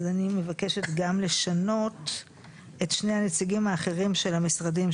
אז אני מבקשת גם לשנות את שני הנציגים האחרים של המשרדים,